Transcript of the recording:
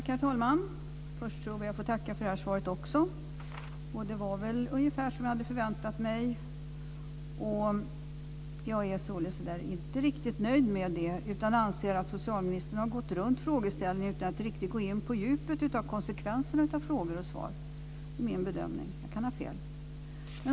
Herr talman! Jag ber att få tacka också för det här svaret. Det var ungefär som jag hade förväntat mig, och jag är således inte så där riktigt nöjd med det. Jag anser att socialministern har gått runt frågeställningen utan att riktigt gå in på djupet av konsekvenserna av frågor och svar. Det är min bedömning, men jag kan ha fel.